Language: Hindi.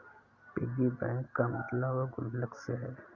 पिगी बैंक का मतलब गुल्लक से है